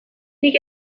nik